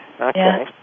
Okay